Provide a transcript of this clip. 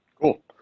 cool